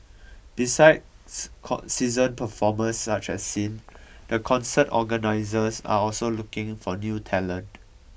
besides called seasoned performers such as Sin the concert organisers are also looking for new talent